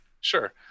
sure